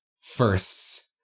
firsts